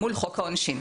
מול חוק העונשין.